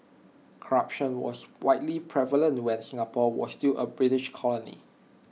corruption was widely prevalent when Singapore was still A British colony